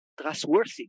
trustworthy